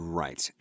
right